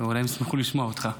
אולי הם ישמחו לשמוע אותך,